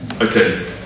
Okay